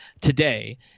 today